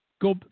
Go